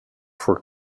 for